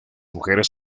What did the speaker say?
mujeres